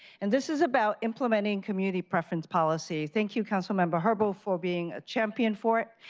and this is about implementing community preference policy, thank you council member herbold for being a champion for